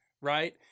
right